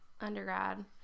undergrad